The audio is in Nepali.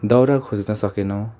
दाउरा खोज्न सकेनौँ